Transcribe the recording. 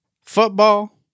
football